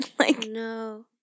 No